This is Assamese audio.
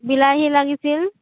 বিলাহী লাগিছিল